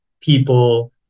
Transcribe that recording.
people